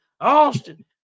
Austin